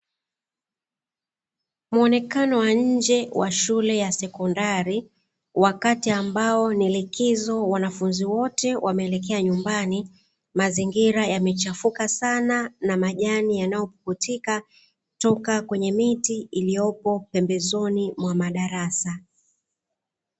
Muonekano wa nje wa shule ya sekondari, wakati ambao ni likizo wanafunzi wote wameelekea nyumbani, mazingira yamechafuka sana na majani yanayopukutika toka kwenye miti iliyopo pembezoni mwa madarasa.